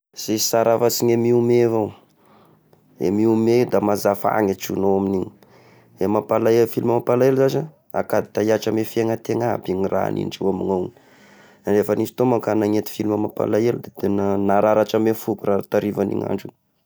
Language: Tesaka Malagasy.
Sisy sara afa sy ny mihome avao, i mihome da maza fa iahy ny atronao amign'igny, i mampalae i film mampalaelo zashy ah, a kady tahiatry amy fiaina tegna aby i raha indreo amigny ao, rehafa nisy fotoagna manko iaho nagnety film mampalaelo de tegna nararatra ame foko tarivagn'iny andro igny.